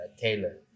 Taylor